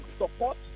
support